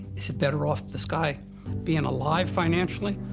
is it better off this guy being alive financially,